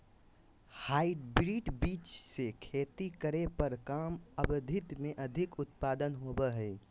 hybrid बीज से खेती करे पर कम अवधि में अधिक उत्पादन होबो हइ